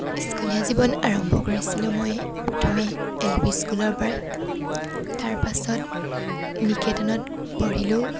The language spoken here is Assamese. স্কুলীয়া জীৱন আৰম্ভ কৰিছিলোঁ মই প্ৰথমে এল পি স্কুলৰ পৰাই তাৰপাছত নিকেতনত পঢ়িলোঁ